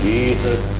Jesus